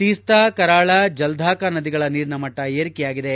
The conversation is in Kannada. ತೀಸ್ತಾ ಕರಾಳ ಜಲ್ಧಾಕಾ ನದಿಗಳ ನೀರಿನ ಮಟ್ಟ ಏರಿಕೆಯಾಗಿದೆ